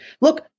Look